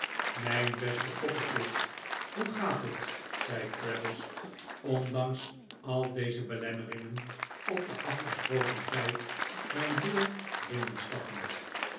mijn beste copperfield hoe gaat het zei traddles ondanks al deze belemmeringen op den afgesproken tijd mijn deur binnenstappend